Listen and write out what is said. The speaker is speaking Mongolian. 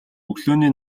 өглөөний